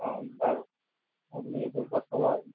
অঁ বাৰু আপুনি এইটোৰ ওপৰত ক'ব আৰু